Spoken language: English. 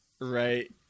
Right